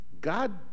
God